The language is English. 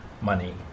money